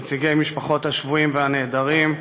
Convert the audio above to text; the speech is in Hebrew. נציגי משפחות השבויים והנעדרים,